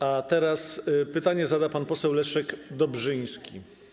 A teraz pytanie zada pan poseł Leszek Dobrzyński.